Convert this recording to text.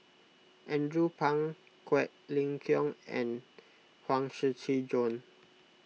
Andrew Phang Quek Ling Kiong and Huang Shiqi Joan